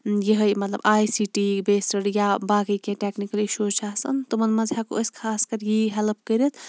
یِہے مَطلَب I C T based یا باقٕے کینٛہہ ٹیٚکنِکَل اِشوٗز چھِ آسان تِمَن مَنٛز ہیٚکو أسۍ خاص کَر یی ہیٚلٕپ کٔرِتھ